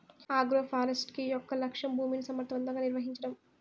agroforestry యొక్క లక్ష్యం భూమిని సమర్ధవంతంగా నిర్వహించడం